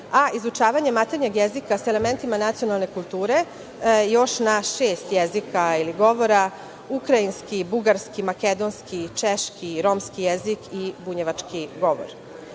Izučavanje maternjeg jezika sa elementima nacionalne kulture još na šest jezika, ili govora, ukrajinski, bugarski, makedonski, češki, romski jezik i bunjevački govor.U